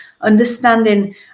understanding